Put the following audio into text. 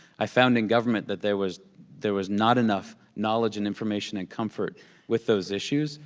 i found in government that there was there was not enough knowledge and information and comfort with those issues,